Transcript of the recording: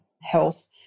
health